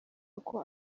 uko